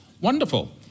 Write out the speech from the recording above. Wonderful